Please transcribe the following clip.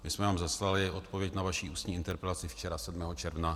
My jsme vám zaslali odpověď na vaši ústní interpelaci včera 7. června 2017.